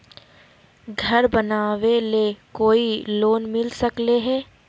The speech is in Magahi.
घर बनावे ले कोई लोनमिल सकले है?